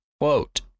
quote